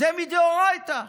זה מדאורייתא.